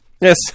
Yes